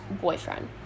boyfriend